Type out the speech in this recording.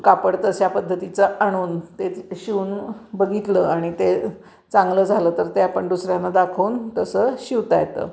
कापड तशा पद्धतीचं आणून तेच शिवून बघितलं आणि ते चांगलं झालं तर ते आपण दुसऱ्यांना दाखवून तसं शिवता येतं